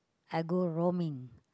I go roaming